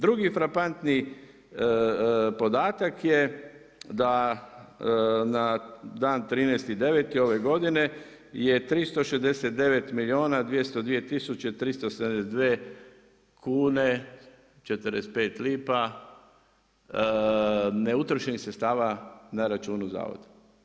Drugi frapantni podatak je da na dan 13.9. ove godine je 369 milijuna 202 tisuće 372 kune 45 lipa neutrošenih sredstava na računu zavoda.